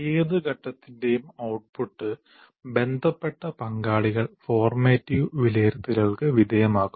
ഏത് ഘട്ടത്തിന്റെയും ഔട്ട്പുട്ട് ബന്ധപ്പെട്ട പങ്കാളികൾ ഫോർമാറ്റീവ് വിലയിരുത്തലുകൾക് വിധേയമാക്കുന്നു